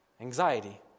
Anxiety